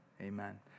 Amen